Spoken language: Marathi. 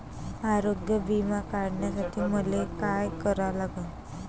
आरोग्य बिमा काढासाठी मले काय करा लागन?